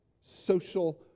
social